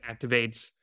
activates